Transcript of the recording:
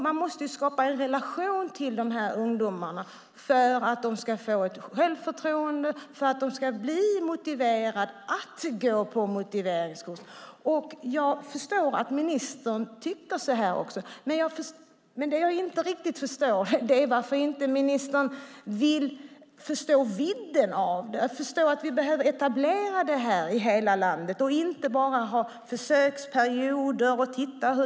Man måste skapa en relation till ungdomarna så att de kan få självförtroende, så att de blir motiverade att gå på motiveringskurs. Jag förstår vad ministern tycker, men det jag inte riktigt kan förstå är varför ministern inte vill ta in vidden av problemet, att denna verksamhet måste etableras i hela landet, inte bara som försöksperioder.